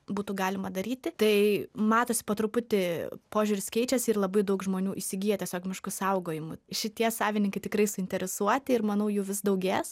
būtų galima daryti tai matosi po truputį požiūris keičiasi ir labai daug žmonių įsigyja tiesiog miškų saugojimui šitie savininkai tikrai suinteresuoti ir manau jų vis daugės